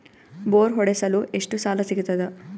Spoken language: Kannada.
ಬೋರ್ ಹೊಡೆಸಲು ಎಷ್ಟು ಸಾಲ ಸಿಗತದ?